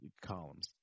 columns